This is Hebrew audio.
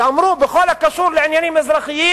הם אמרו: בכל הקשור לעניינים אזרחיים,